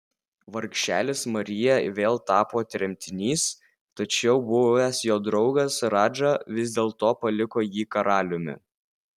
vargšelis marija vėl tapo tremtinys tačiau buvęs jo draugas radža vis dėlto paliko jį karaliumi